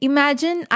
Imagine